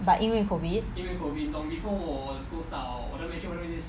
but 因为 COVID